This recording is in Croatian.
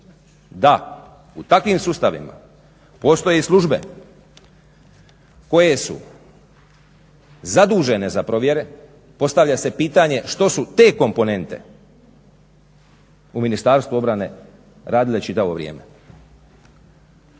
da u takvim sustavima postoje i službe koje su zadužene za provjere postavlja se pitanje što su te komponente u Ministarstvu obrane radile čitavo vrijeme.